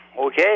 okay